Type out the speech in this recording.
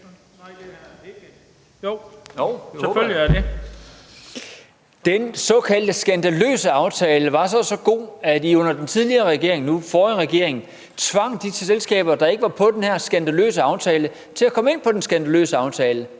Den såkaldte skandaløse aftale var altså så god, at I under den tidligere regering tvang de selskaber, der ikke var med i den her skandaløse aftale, til at gå med i den skandaløse aftale.